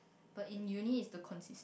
but in uni is the